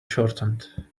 shortened